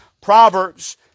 Proverbs